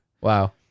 Wow